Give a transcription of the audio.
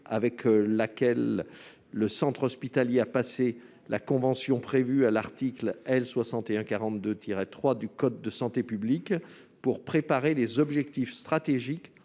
avec laquelle le centre hospitalier a passé la convention prévue à l'article L. 6142-3 du code de la santé publique, pour préparer les objectifs stratégiques